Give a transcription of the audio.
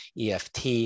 eft